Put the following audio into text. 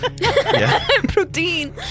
Protein